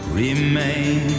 remain